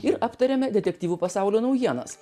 ir aptarėme detektyvų pasaulio naujienas